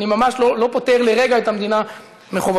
אני ממש לא פוטר לרגע את המדינה מחובתה.